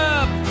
up